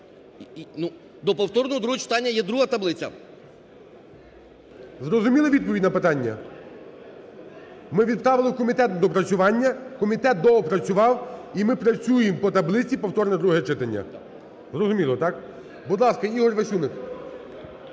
До повторного другого читання є друга таблиця. ГОЛОВУЮЧИЙ. Зрозуміли відповідь на питання? Ми відправили в комітет на доопрацювання, комітет доопрацював, і ми працюємо по таблиці "повторне друге читання". Зрозуміло, так? Будь ласка, Ігор Васюник.